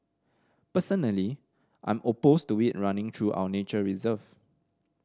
personally I'm opposed to it running through our nature reserve